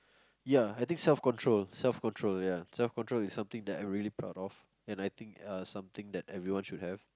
ya I think self control self control ya self control is something that I'm really proud of and I think uh something that everyone should have